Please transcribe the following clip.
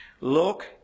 Look